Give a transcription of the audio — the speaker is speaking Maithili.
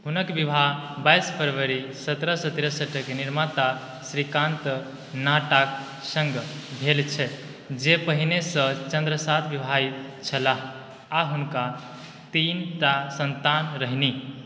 हुनक विवाह बाइस फरवरी सतरह सओ तिरसठके निर्माता श्रीकान्त नाहटाके सङ्ग भेल छल जे पहिनेसँ चन्द्रासँ विवाहित छलाह आओर हुनका तीन टा सन्तान रहनि